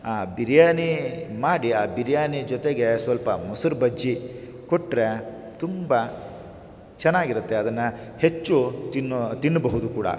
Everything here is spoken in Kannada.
ಆ ಬಿರಿಯಾನಿ ಮಾಡಿ ಆ ಬಿರಿಯಾನಿ ಜೊತೆಗೆ ಸ್ವಲ್ಪ ಮೊಸ್ರು ಬಜ್ಜಿ ಕೊಟ್ಟರೆ ತುಂಬ ಚೆನ್ನಾಗಿರುತ್ತೆ ಅದನ್ನ ಹೆಚ್ಚು ತಿನ್ನೋ ತಿನ್ನಬಹುದು ಕೂಡ